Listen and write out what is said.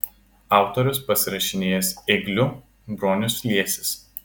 autorius pasirašinėjęs ėgliu bronius liesis